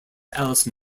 alice